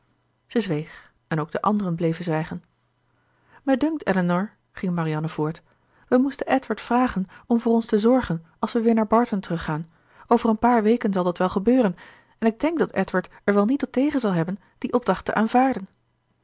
zij zweeg en ook de anderen bleven zwijgen mij dunkt elinor ging marianne voort we moesten edward vragen om voor ons te zorgen als we weer naar barton teruggaan over een paar weken zal dat wel gebeuren en ik denk dat edward er wel niet op tegen zal hebben die opdracht te aanvaarden